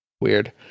weird